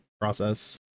process